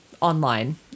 online